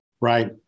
right